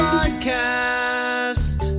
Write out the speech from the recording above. Podcast